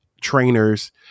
trainers